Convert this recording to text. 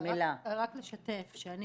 רק לשתף שאני